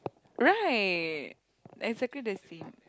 right exactly the same